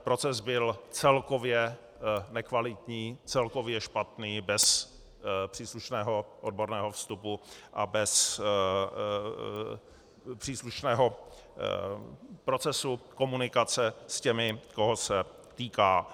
Proces byl celkově nekvalitní, celkově špatný, bez příslušného odborného vstupu a bez příslušného procesu komunikace s těmi, koho se týká.